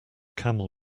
camel